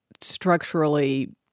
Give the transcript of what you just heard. structurally